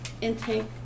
intake